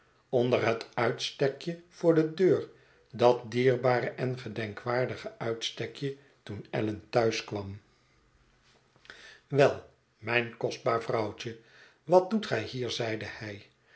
onder hetuitstekje voor de deur dat dierbare en gedenkwaardige uitstekje toen allan thuis kwam wel mijn kostbaar vrouwtje wat doet gij hier zeide hij